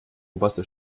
oberste